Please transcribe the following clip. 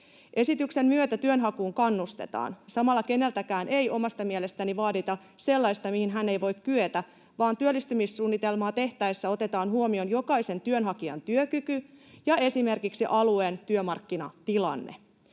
Esityksen myötä työnhakuun kannustetaan. Samalla keneltäkään ei omasta mielestäni vaadita sellaista, mihin hän ei voi kyetä, vaan työllistymissuunnitelmaa tehtäessä otetaan huomioon jokaisen työnhakijan työkyky ja esimerkiksi alueen työmarkkinatilanne.